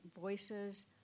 voices